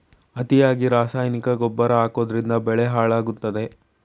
ಅತಿಯಾಗಿ ರಾಸಾಯನಿಕ ಗೊಬ್ಬರ ಹಾಕೋದ್ರಿಂದ ಬೆಳೆ ಹಾಳಾಗುತ್ತದೆ